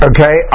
Okay